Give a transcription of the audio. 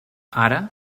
ara